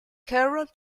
carroll